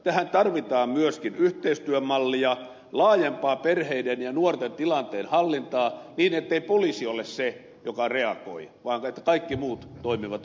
tähän tarvitaan myöskin yhteistyömallia laajempaa perheiden ja nuorten tilanteen hallintaa niin ettei poliisi ole se joka reagoi vaan että kaikki muut toimivat yhdessä